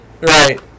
Right